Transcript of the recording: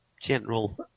general